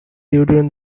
during